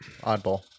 oddball